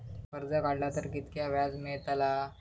कर्ज काडला तर कीतक्या व्याज मेळतला?